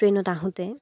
ট্ৰেইনত আহোঁতে